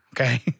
Okay